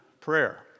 prayer